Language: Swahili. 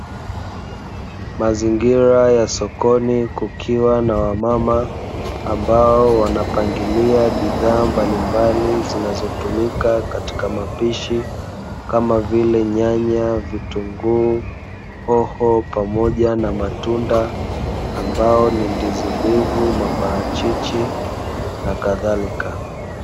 Mazingira ya sokoni kukiwa na wamama, ambao wanapangilia bidhaa mbalimbali zinazotumika katika mapishi, kama vile: nyanya, vitunguu, hoho; pamoja na matunda ambayo ni ndizi mbivu, maparachichi na kadhalika.